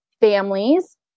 families